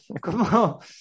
como